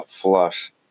flush